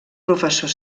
professor